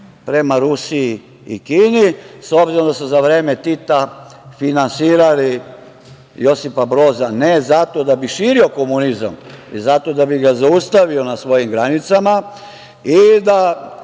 prema Rusiji i Kini, s obzirom da su za vreme Tita finansirali Josipa Broza, ne zato da bi širio komunizam, već zato da bi ga zaustavio na svojim granicama i da